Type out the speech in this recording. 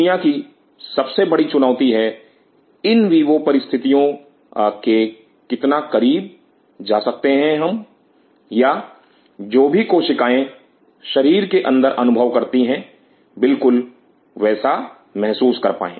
दुनिया की सबसे बड़ी चुनौती है इन विवो परिस्थितियों के कितना करीब जा सके हम या जो भी कोशिकाएं शरीर के अंदर अनुभव करती हैं बिल्कुल वैसा महसूस कर पाएं